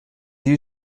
you